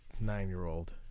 Nine-year-old